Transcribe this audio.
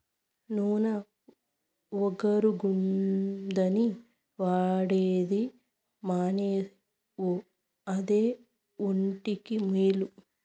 నూన ఒగరుగుందని వాడేది మానేవు అదే ఒంటికి మేలు